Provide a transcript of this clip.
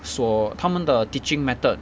所他们的 teaching methods